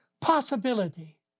Possibility